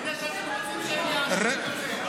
בגלל שאתם רוצים שהם יעבדו,